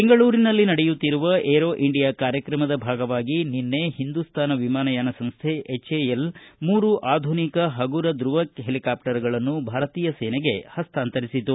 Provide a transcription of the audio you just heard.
ಬೆಂಗಳೂರಿನಲ್ಲಿ ನಡೆಯುತ್ತಿರುವ Aero India ಕಾರ್ಯಕ್ರಮದ ಭಾಗವಾಗಿ ನಿನ್ನೆ ಹಿಂದೂಸ್ತಾನ ವಿಮಾನ ಯಾನ ಸಂಸ್ಥೆ ಎಚ್ಎಎಲ್ ಮೂರು ಆಧುನಿಕ ಹಗುರ ಧುವ ಹೆಲಿಕಾಪ್ಸರ್ಗಳನ್ನು ಭಾರತೀಯ ಸೇನೆಗೆ ಹಸ್ತಾಂತರಿಸಿತು